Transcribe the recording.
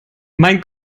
mein